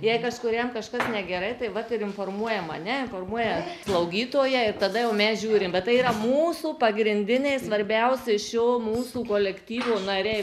jei kažkuriam kažkas negerai tai vat ir informuoja mane informuoja slaugytoją ir tada jau mes žiūrim bet tai yra mūsų pagrindiniai svarbiausi šio mūsų kolektyvo nariai